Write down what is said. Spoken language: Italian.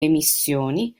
emissioni